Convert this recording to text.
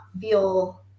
feel